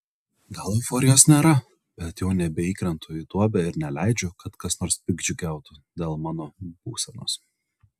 gal euforijos nėra bet jau nebeįkrentu į duobę ir neleidžiu kad kas nors piktdžiugiautų dėl mano būsenos